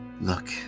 look